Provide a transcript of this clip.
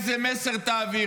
איזה מסר תעביר?